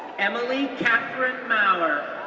emily kathryn mauer,